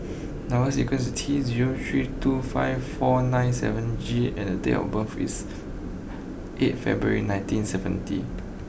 number sequence T zero three two five four nine seven G and date of birth is eight February nineteen seventy